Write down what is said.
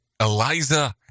Eliza